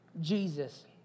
Jesus